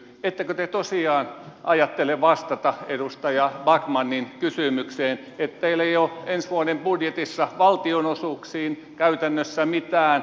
ettekö te tosiaan ajattele vastata edustaja backmanin kysymykseen että teillä ei ole ensi vuoden budjetissa valtionosuuksiin käytännössä mitään